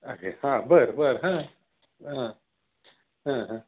अरे हां बरं बरं हां हां हां हां